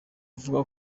avuga